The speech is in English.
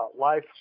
life